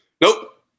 Nope